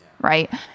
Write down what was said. right